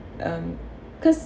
um cause